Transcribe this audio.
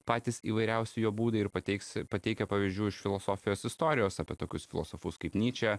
patys įvairiausi jo būdai ir pateiks pateikia pavyzdžių iš filosofijos istorijos apie tokius filosofus kaip nyčė